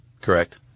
correct